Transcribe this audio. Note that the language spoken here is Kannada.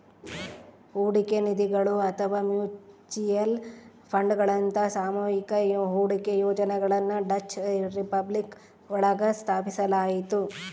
ಹೂಡಿಕೆ ನಿಧಿಗಳು ಅಥವಾ ಮ್ಯೂಚುಯಲ್ ಫಂಡ್ಗಳಂತಹ ಸಾಮೂಹಿಕ ಹೂಡಿಕೆ ಯೋಜನೆಗಳನ್ನ ಡಚ್ ರಿಪಬ್ಲಿಕ್ ಒಳಗ ಸ್ಥಾಪಿಸಲಾಯ್ತು